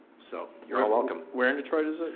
so, you're um welcome. where in detroit is it?